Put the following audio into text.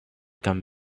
come